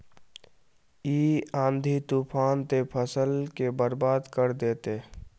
इ आँधी तूफान ते फसल के बर्बाद कर देते?